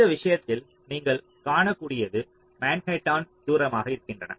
இந்த விஷயத்தில் நீங்கள் காணக்கூடியது மன்ஹாட்டன் தூரமாக இருக்கின்றன